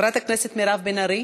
חברת הכנסת מירב בן ארי.